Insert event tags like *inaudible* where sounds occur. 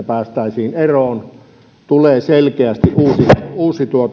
*unintelligible* päästäisiin eroon tulee selkeästi uusi